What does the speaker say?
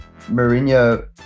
Mourinho